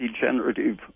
degenerative